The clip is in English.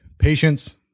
Patience